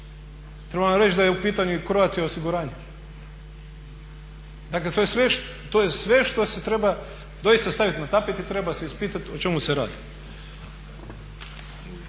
Trebam vam reći da je u pitanju i Croatia osiguranje. Dakle to je sve što se treba doista staviti na tapet i treba se ispitati o čemu se radi.